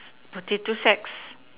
potato sacks